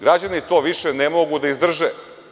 Građani to više ne mogu da izdrže.